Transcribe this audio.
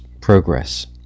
progress